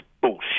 bullshit